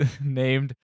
Named